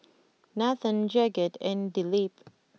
Nathan Jagat and Dilip